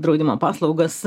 draudimo paslaugas